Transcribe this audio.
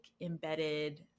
embedded